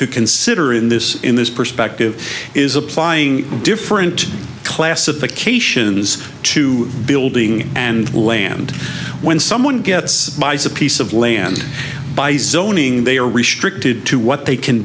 to consider in this in this perspective is applying different classifications to building and land when someone gets buys a piece of land owning they are restricted to what they can